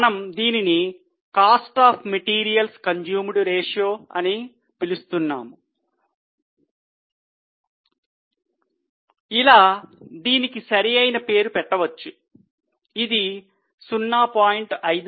మనం దీనిని cost of material consumed ratio అని పిలుస్తున్నాము ఇలా దీనికి సరి అయిన పేరు పెట్టవచ్చు ఇది 0